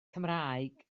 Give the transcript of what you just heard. cymraeg